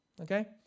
okay